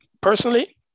personally